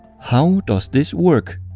how does this work?